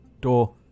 door